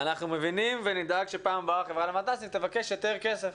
אנחנו מבינים ונדאג שבפעם הבאה החברה למתנ"סים תבקש יותר כסף.